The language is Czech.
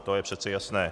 To je přece jasné.